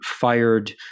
fired